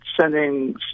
sending